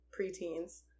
preteens